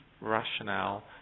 rationale